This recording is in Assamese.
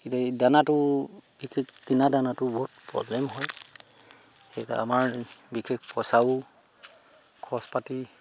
এতিয়া এই দানাটো বিশেষ কিনা দানাটো বহুত প্ৰব্লেম হয় সেইকাৰণে আমাৰ বিশেষ পইচাও খৰচ পাতি